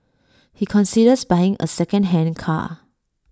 he considers buying A secondhand car